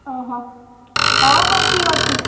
ଓହୋ ହେଉ ହେଉ ଠିକ ଅଛି